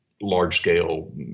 large-scale